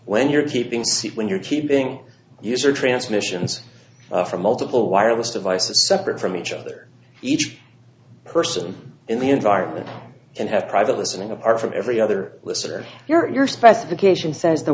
when you're keeping see when you're keeping your transmissions from multiple wireless devices separate from each other each person in the environment and have private listening apart from every other listener your specification says the